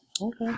Okay